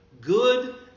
good